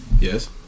yes